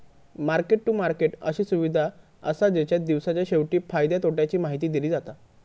market to market अशी सुविधा असा जेच्यात दिवसाच्या शेवटी फायद्या तोट्याची माहिती दिली जाता